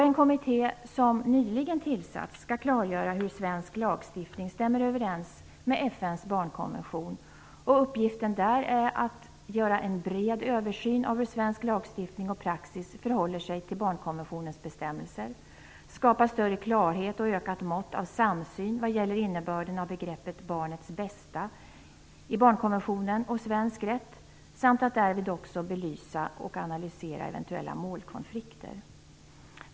En kommitté som nyligen tillsatts skall klargöra hur svensk lagstiftning stämmer överens med FN:s barnkonvention. Uppgiften är att ? göra en bred översyn av hur svensk lagstiftning och praxis förhåller sig till barnkonventionens bestämmelser, ? skapa större klarhet och ökat mått av samsyn vad gäller innebörden av begreppet "barnets bästa" i barnkonventionen och svensk rätt samt att därvid också belysa och analysera eventuella målkonflikter, ?